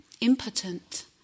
impotent